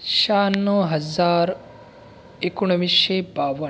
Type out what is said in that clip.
शहान्नव हज्जार एकोणवीसशे बावन्न